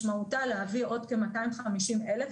משמעותה להביא עוד כ-250 אלף,